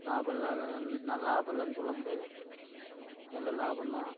லாபம் இல்லாது நான் லாபம் இல்லைனு சொல்ல முடியாது நல்ல லாபம் தான்